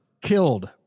killed